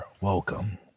Welcome